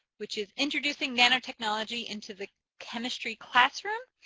which is introducing nanotechnology into the chemistry classroom.